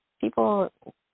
people